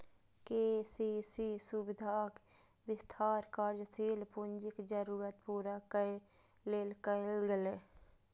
KCC सुविधाक विस्तार कार्यशील पूंजीक जरूरत पूरा करै लेल कैल गेलै